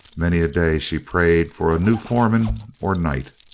many a day she prayed for a new foreman or night,